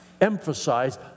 emphasize